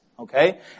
Okay